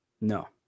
No